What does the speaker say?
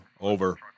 over